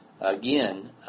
again